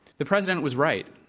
the president was right.